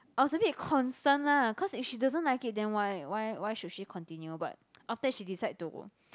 I was a bit concerned lah cause if she doesn't like it then why why why should she continue but after that she decide to